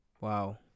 Wow